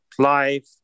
life